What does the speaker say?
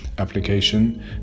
application